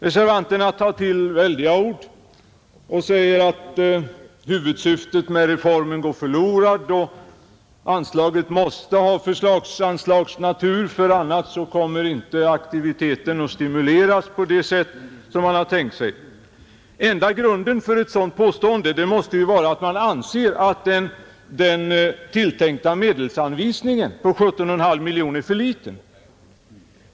Reservanterna tar till mycket starka ord och säger att huvudsyftet med reformen går förlorat; anslaget måste ha förslagsanslagskaraktär, ty annars kommer inte aktiviteterna att stimuleras på det sätt som varit tänkt. Den enda grunden för ett sådant påstående måste emellertid vara att man anser att den tilltänkta medelsanvisningen på 17,5 miljoner är för liten.